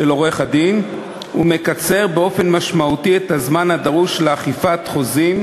עורך-הדין ומקצר באופן משמעותי את הזמן הדרוש לאכיפת חוזים,